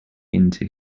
into